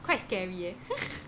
quite scary eh